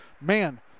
Man